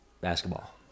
Basketball